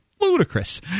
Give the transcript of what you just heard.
Ludicrous